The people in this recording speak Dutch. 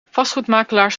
vastgoedmakelaars